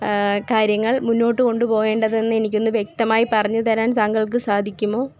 കാര്യങ്ങൾ മുന്നോട്ട് കൊണ്ടുപോകേണ്ടതെന്ന് എനിക്കൊന്ന് വ്യക്തമായി പറഞ്ഞുതരാൻ താങ്കൾക്ക് സാധിക്കുമോ